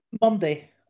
monday